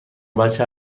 بچه